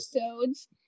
episodes